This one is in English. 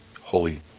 holy